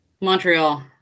Montreal